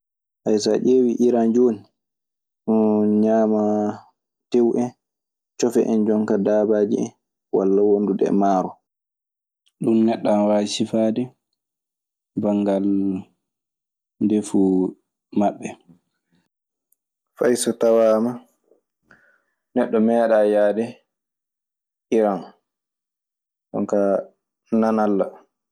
So a ƴeewii iran jooni. Hmmm ñaamaa teew en, cofe en jonkaa daabaaji en walla wondude e maaro. Ɗun neɗɗo ana waawi sifaade banngal ndefu maɓɓe. Fay so tawaama neɗɗo meeɗay yaade Iran, jonnka nanalla.